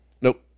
nope